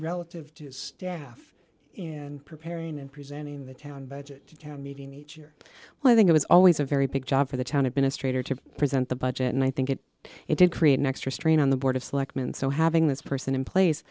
relative to staff and preparing and presenting the town budget meeting each year well i think it was always a very big job for the town administrator to present the budget and i think it it did create an extra strain on the board of selectmen so having this person in place